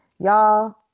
Y'all